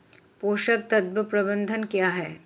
पोषक तत्व प्रबंधन क्या है?